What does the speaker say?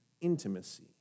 intimacy